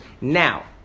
Now